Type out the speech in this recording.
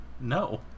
no